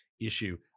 issue